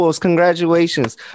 Congratulations